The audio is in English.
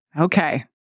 Okay